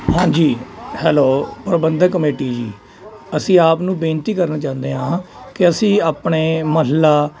ਹਾਂਜੀ ਹੈਲੋ ਪ੍ਰਬੰਧਕ ਕਮੇਟੀ ਜੀ ਅਸੀਂ ਆਪ ਨੂੰ ਬੇਨਤੀ ਕਰਨਾ ਚਾਹੁੰਦੇ ਹਾਂ ਕਿ ਅਸੀਂ ਆਪਣੇ ਮਹੱਲਾ